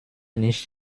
nicht